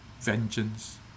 vengeance